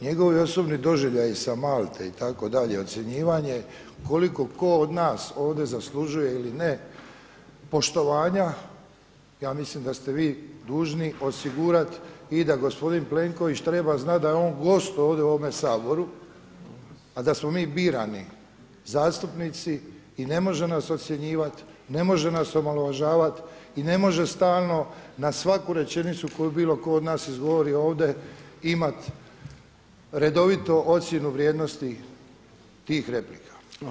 Njegovi osobni doživljaji sa Malte itd., ocjenjivanje koliko tko od nas ovdje zaslužuje ili ne poštovanja ja mislim da ste vi dužni osigurati i da gospodin Plenković treba znat da je on gost ovdje u ovome Saboru, a da smo mi birani zastupnici i ne može nas ocjenjivat, ne može nas omalovažavat i ne može stalno na svaku rečenicu koju bilo tko od nas izgovori ovdje imat redovito ocjenu vrijednosti tih replika.